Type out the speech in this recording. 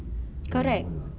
correct